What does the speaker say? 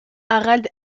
harald